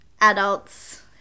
adults